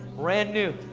brand new.